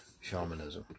shamanism